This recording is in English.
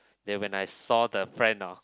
then when I saw the friend hor